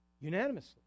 Unanimously